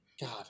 God